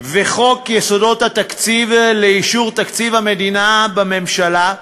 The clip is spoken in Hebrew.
וחוק יסודות התקציב לאישור תקציב המדינה בממשלה,